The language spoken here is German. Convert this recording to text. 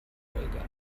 olga